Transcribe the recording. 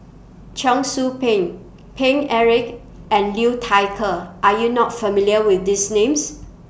Cheong Soo Pieng Paine Eric and Liu Thai Ker Are YOU not familiar with These Names